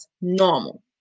normal